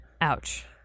Ouch